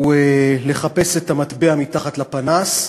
הוא לחפש את המטבע מתחת לפנס.